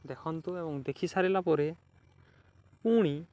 ଦେଖନ୍ତୁ ଏବଂ ଦେଖି ସାରିଲା ପରେ ପୁଣି